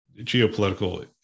geopolitical